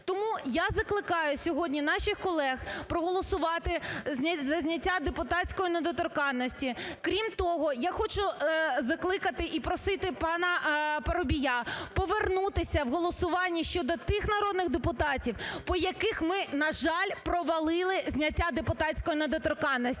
Тому я закликаю сьогодні наших колег проголосувати за зняття депутатської недоторканності. Крім того, я хочу закликати і просити пана Парубія повернутися в голосуванні щодо тих народних депутатів, по яких ми, на жаль, провалили зняття депутатської недоторканності.